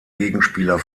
gegenspieler